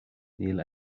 níl